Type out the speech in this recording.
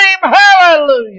hallelujah